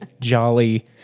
jolly